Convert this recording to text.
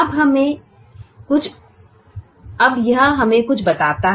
अब यह हमें कुछ बताता है